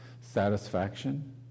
satisfaction